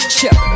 Check